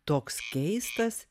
toks keistas